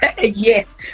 Yes